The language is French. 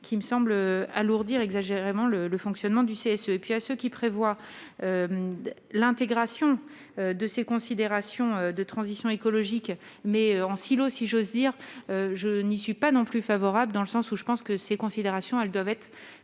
qui me semble alourdir exagérément le le fonctionnement du CSE et puis à ceux qui prévoit l'intégration de ces considérations de transition écologique mais en silo, si j'ose dire, je n'y suis pas non plus favorable dans le sens où je pense que ces considérations, elles doivent être